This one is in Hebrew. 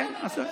כן, אסור.